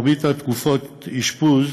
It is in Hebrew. תקופות האשפוז